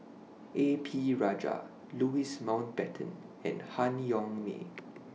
A P Rajah Louis Mountbatten and Han Yong May